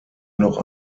noch